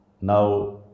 Now